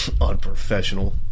Unprofessional